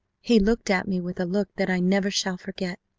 he looked at me with a look that i never shall forget.